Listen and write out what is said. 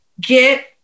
get